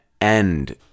end